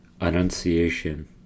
Annunciation